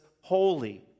holy